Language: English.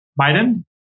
Biden